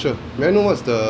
~re may I know what's the